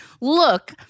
look